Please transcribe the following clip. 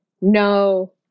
no